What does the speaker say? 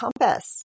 compass